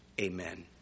Amen